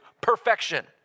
perfection